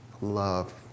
love